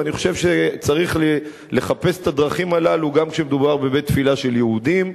ואני חושב שצריך לחפש את הדרכים הללו גם כשמדובר בבית-תפילה של יהודים,